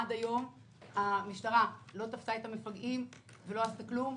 עד היום המשטרה לא תפסה את המפגעים ולא עשתה כלום.